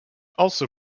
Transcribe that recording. also